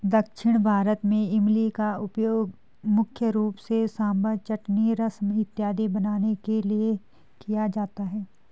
दक्षिण भारत में इमली का उपयोग मुख्य रूप से सांभर चटनी रसम इत्यादि बनाने के लिए किया जाता है